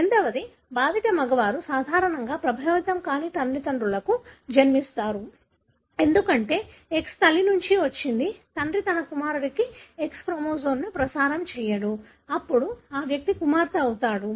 రెండవది బాధిత మగవారు సాధారణంగా ప్రభావితం కాని తల్లిదండ్రులకు జన్మిస్తారు ఎందుకంటే X తల్లి నుండి వచ్చింది తండ్రి తన కుమారుడికి X క్రోమోజోమ్ను ప్రసారం చేయడు అప్పుడు ఆ వ్యక్తి కుమార్తె అవుతాడు